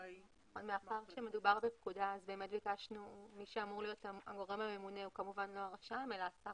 מדובר בפקודה, ביקשנו שהגורם הממונה יהיה השר